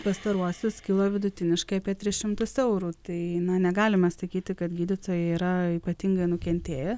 pastaruosius kilo vidutiniškai apie tris šimtus eurų tai na negalima sakyti kad gydytojai yra ypatingai nukentėję